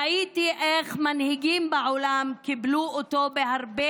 ראיתי איך מנהיגים בעולם קיבלו אותו בהרבה